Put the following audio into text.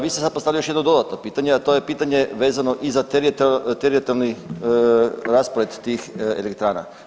Vi ste sad postavili još jedno dodatno pitanje, a to je pitanje vezano za teritorijalni raspored tih elektrana.